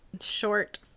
short